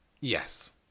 Yes